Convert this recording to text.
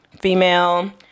female